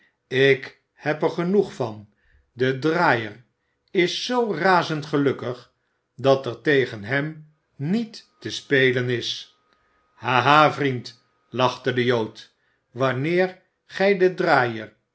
ik heb er genoeg van de draaier is zoo razend gelukkig dat er tegen hem niet te spelen is ha ha vriend lachte de jood wanneer gij den draaier